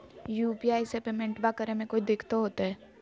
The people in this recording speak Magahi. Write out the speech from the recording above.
यू.पी.आई से पेमेंटबा करे मे कोइ दिकतो होते?